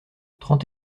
trente